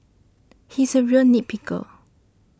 he is a real nit picker